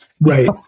Right